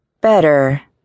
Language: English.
Better